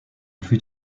fut